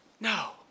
No